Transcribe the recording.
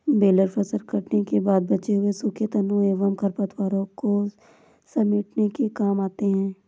baler फसल कटने के बाद बचे हुए सूखे तनों एवं खरपतवारों को समेटने के काम आते हैं